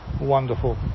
wonderful